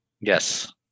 Yes